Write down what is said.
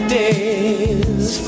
days